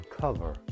cover